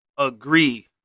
Agree